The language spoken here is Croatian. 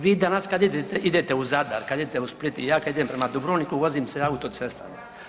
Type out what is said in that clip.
Vi danas kada idete u Zadar, kada idete u Split i ja kada idem prema Dubrovniku vozim se autocestama.